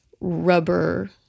rubber